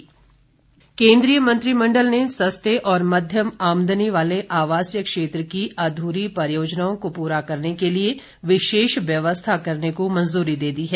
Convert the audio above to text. निर्मला सीतारामन केन्द्रीय मंत्रिमंडल ने सस्ते और मध्यम आमदनी वाले आवासीय क्षेत्र की अधूरी परियोजनाओं को पूरा करने के लिए विशेष व्यवस्था करने को मंजूरी दे दी है